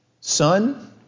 Son